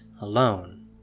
alone